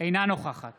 אינה נוכחת